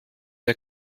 der